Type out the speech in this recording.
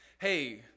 Hey